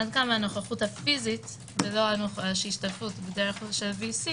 עד כמה הנוכחות הפיזית ולא ההשתתפות בדרך של ה-VC